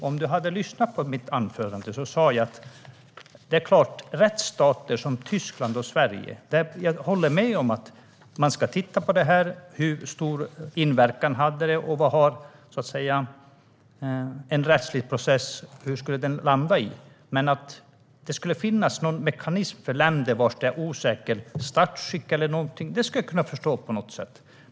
Om du hade lyssnat på mitt anförande skulle du ha hört vad jag sa när det gäller rättsstater som Tyskland och Sverige. Jag håller med om att man ska titta på detta. Hur stor inverkan hade det? Och vad skulle så att säga en rättslig process landa i? Att det skulle finnas någon mekanism för länder vars statsskick är osäkra eller någonting annat skulle jag på något sätt kunna förstå.